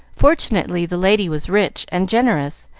fortunately the lady was rich and generous,